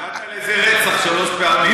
קראת לזה רצח שלוש פעמים.